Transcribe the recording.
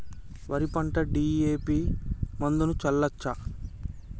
వరి పంట డి.ఎ.పి మందును చల్లచ్చా?